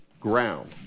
ground